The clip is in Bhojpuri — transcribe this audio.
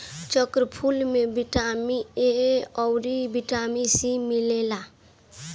चक्रफूल में बिटामिन ए अउरी बिटामिन सी मिलेला